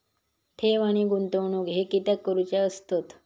ठेव आणि गुंतवणूक हे कित्याक करुचे असतत?